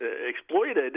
exploited